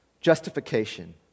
Justification